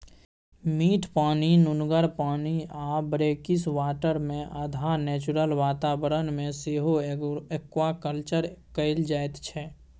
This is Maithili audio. मीठ पानि, नुनगर पानि आ ब्रेकिसवाटरमे अधहा नेचुरल बाताबरण मे सेहो एक्वाकल्चर कएल जाइत छै